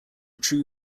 true